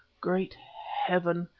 great heaven!